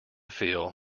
feel